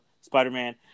Spider-Man